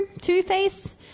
Two-Face